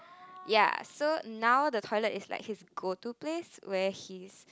ya so now the toilet is like his go to place where he's